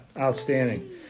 outstanding